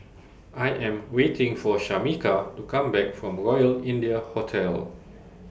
I Am waiting For Shameka to Come Back from Royal India Hotel